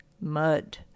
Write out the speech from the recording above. mud